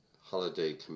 holiday